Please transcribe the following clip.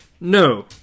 No